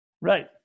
Right